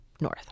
north